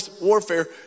warfare